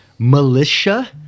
militia